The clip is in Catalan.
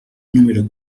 número